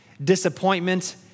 disappointment